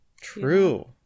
True